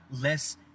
less